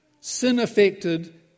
sin-affected